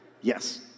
Yes